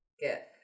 get